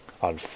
on